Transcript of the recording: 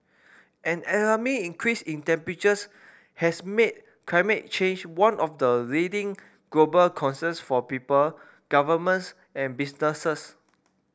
an alarming increase in temperatures has made climate change one of the leading global concerns for people governments and businesses